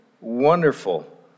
wonderful